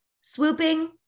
swooping